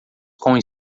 com